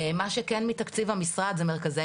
מה שכן מתקציב המשרד הם מרכזי